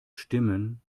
stimmen